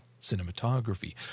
cinematography